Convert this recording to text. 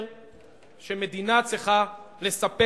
אם אתה רוצה שאני אעזור